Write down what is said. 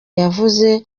yavuze